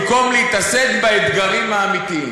במקום להתעסק באתגרים האמיתיים.